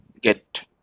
get